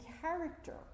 character